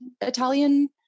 Italian